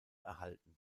erhalten